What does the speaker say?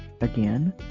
Again